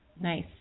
Nice